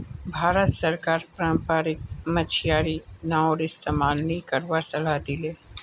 भारत सरकार पारम्परिक मछियारी नाउर इस्तमाल नी करवार सलाह दी ले